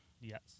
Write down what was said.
Yes